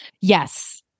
Yes